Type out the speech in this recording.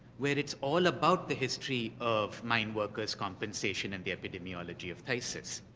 where it's all about the history of mine workers compensation and the epidemiology of phtisis.